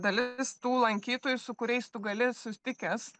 dalis tų lankytojų su kuriais tu gali susitikęs